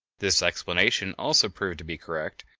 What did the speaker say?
this explanation also proved to be correct,